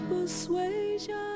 Persuasion